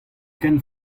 ken